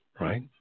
right